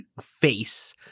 face